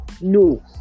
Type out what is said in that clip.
No